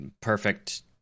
perfect